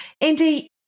andy